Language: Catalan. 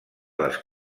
les